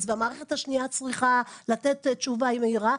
והמערכת השנייה צריכה לתת תשובה מהירה,